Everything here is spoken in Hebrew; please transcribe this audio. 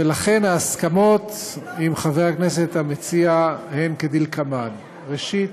ולכן ההסכמות עם חבר הכנסת המציע הן כדלקמן: ראשית,